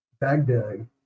Baghdad